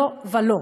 לא ולא,